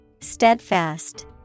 Steadfast